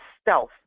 stealth